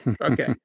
Okay